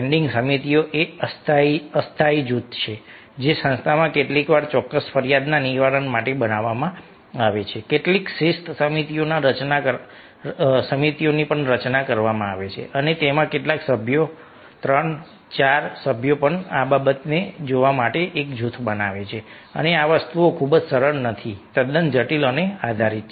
standing સમિતિઓ એ અસ્થાયી જૂથો છે જે સંસ્થામાં કેટલીકવાર ચોક્કસ ફરિયાદના નિરાકરણ માટે બનાવવામાં આવે છે કેટલીક શિસ્ત સમિતિઓની રચના કરવામાં આવે છે અને તેમાં કેટલાક સભ્યો 3 4 સભ્યો આ બાબતને જોવા માટે એક જૂથ બનાવે છે અને આ વસ્તુઓ ખૂબ સરળ નથી તદ્દન જટિલ અને આધારિત છે